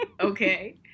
Okay